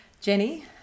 Jenny